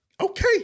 okay